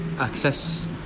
access